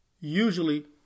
Usually